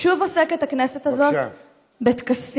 שוב עוסקת הכנסת הזאת בטקסים.